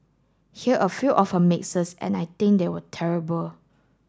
hear a few of her mixes and I think they were terrible